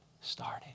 started